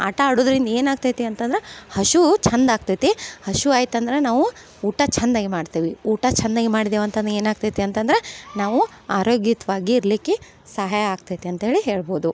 ಆಟ ಆಡುವುದ್ರಿಂದ ಏನಾಗ್ತೈತಿ ಅಂತಂದ್ರೆ ಹಶು ಚೆಂದ ಆಗ್ತೈತಿ ಹಶು ಆಯ್ತಂದ್ರೆ ನಾವೂ ಊಟ ಚೆಂದಾಗ್ ಮಾಡ್ತೇವೆ ಊಟ ಚೆಂದಾಗಿ ಮಾಡಿದ್ದೇವೆ ಅಂತಂದ್ರೆ ಏನಾಗ್ತೈತಿ ಅಂತಂದ್ರೆ ನಾವು ಆರೋಗ್ಯಯುತ್ವಾಗಿ ಇರ್ಲಿಕ್ಕೆ ಸಹಾಯ ಆಗ್ತೈತಿ ಅಂತ ಹೇಳಿ ಹೇಳ್ಬೋದು